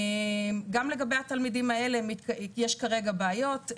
גם לגבי התלמידים האלה יש כרגע בעיות,